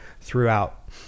throughout